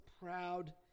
proud